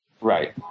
right